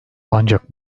ancak